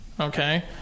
Okay